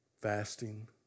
Fasting